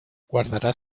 guardarás